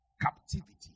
captivity